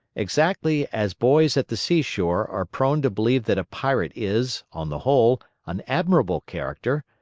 exactly as boys at the seashore are prone to believe that a pirate is, on the whole, an admirable character,